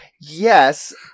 Yes